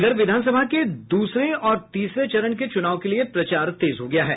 इधर विधानसभा के दूसरे और तीसरे चरण के चूनाव के लिए प्रचार तेज हो गया है